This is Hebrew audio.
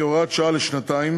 כהוראת שעה לשנתיים,